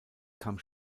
kam